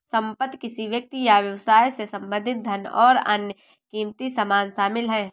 संपत्ति किसी व्यक्ति या व्यवसाय से संबंधित धन और अन्य क़ीमती सामान शामिल हैं